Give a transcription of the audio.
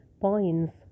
points